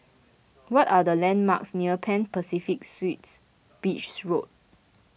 what are the landmarks near Pan Pacific Suites Beach Road